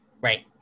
right